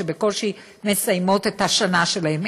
שבקושי מסיימות את השנה שלהן,